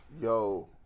Yo